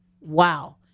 wow